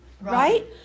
Right